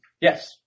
Yes